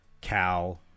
Cal